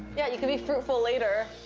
yeah, you could be fruitful later.